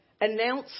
announce